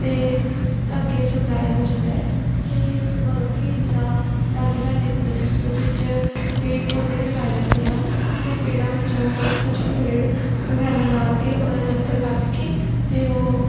ਅਤੇ ਅੱਗੇ ਸਪਲਾਈ ਹੋ ਜਾਂਦਾ ਹੈ ਅਤੇ ਮਤਲਬ ਕਿ ਜਿੱਦਾਂ ਲਾਗੇ ਸਾਡੇ ਕੁਦਰਤੀ ਸਰੋਤ ਵਿੱਚ ਪੇੜ ਪੌਦੇ ਵੀ ਲਗਾਏ ਜਾਂਦੇ ਹਨ ਅਤੇ ਪੇੜਾਂ ਵਿੱਚੋਂ ਮਤਲਬ ਕੁਝ ਪੇੜ ਵਗੈਰਾ ਲਗਾ ਕੇ ਉਹਨਾਂ ਦੀ ਲੱਕੜ ਕੱਟ ਕੇ ਅਤੇ ਉਹ